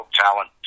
talent